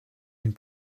une